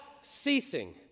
ceasing